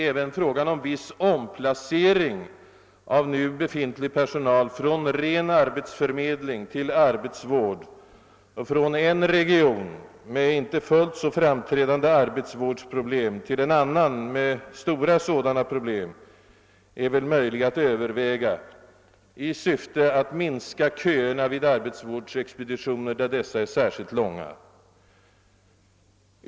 även frågan om viss omplacering av nu befintlig personal från ren arbetsförmedling till arbetsvård och från en region med inte fullt så framträdande arbetsvårdsproblem till en annan med stora sådana problem är väl möjlig att överväga i syfte att minska köerna vid arbetsvårdsexpeditioner, där dessa är särskilt långa.